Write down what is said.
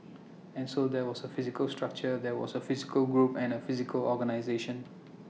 and so there was A physical structure there was A physical group and A physical organisation